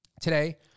Today